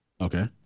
Okay